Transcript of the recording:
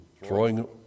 throwing